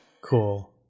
Cool